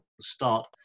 start